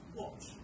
watch